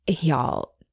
y'all